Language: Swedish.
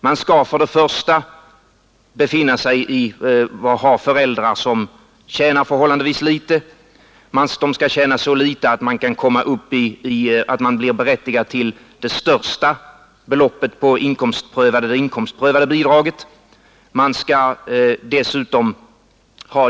Man skall först och främst ha föräldrar som tjänar förhållandevis litet, så litet att man blir berättigad till det största beloppet i fråga om det inkomstprövade bidraget.